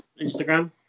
Instagram